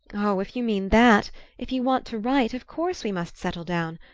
oh, if you mean that if you want to write of course we must settle down.